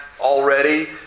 already